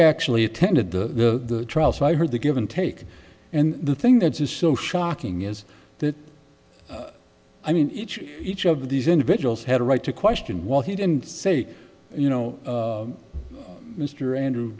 actually attended the trial so i heard the give and take and the thing that is so shocking is that i mean each each of these individuals had a right to question while he didn't say you know mr andrew